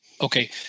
Okay